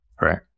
right